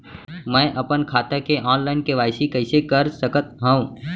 मैं अपन खाता के ऑनलाइन के.वाई.सी कइसे करा सकत हव?